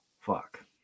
Fuck